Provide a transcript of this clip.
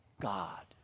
God